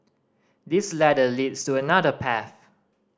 this ladder leads to another path